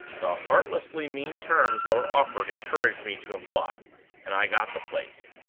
the heartlessly mean terms that were offered encouraged me to apply and i got the place.